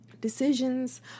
decisions